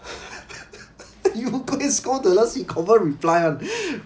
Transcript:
you today scold the last week confirm reply [one]